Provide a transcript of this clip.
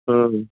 હં